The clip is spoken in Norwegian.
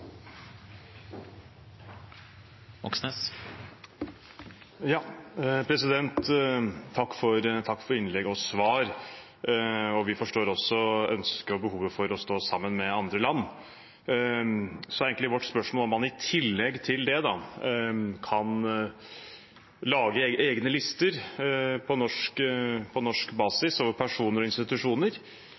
forstår også ønsket og behovet for å stå sammen med andre land. Så er egentlig vårt spørsmål om man i tillegg til det kan lage egne lister på norsk basis over personer og